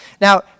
now